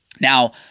Now